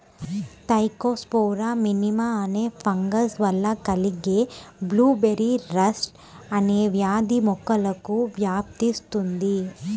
Thekopsora minima అనే fungus వల్ల కలిగే బ్లూబెర్రీ రస్ట్ అనే వ్యాధి మొక్కలకు వ్యాపిస్తుంది